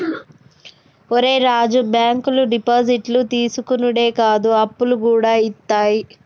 ఒరే రాజూ, బాంకులు డిపాజిట్లు తీసుకునుడే కాదు, అప్పులుగూడ ఇత్తయి